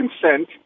consent